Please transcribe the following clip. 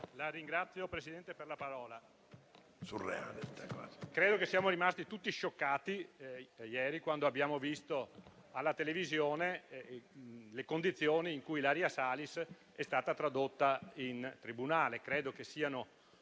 Signor Presidente, credo che siamo rimasti tutti scioccati ieri, quando abbiamo visto alla televisione le condizioni in cui Ilaria Salis è stata tradotta in tribunale. Credo siano